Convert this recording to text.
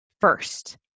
first